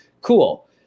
cool